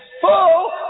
full